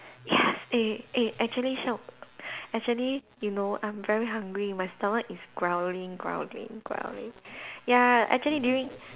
yes eh eh actually actually you know I'm very hungry my stomach is growling growling growling ya actually during